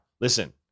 listen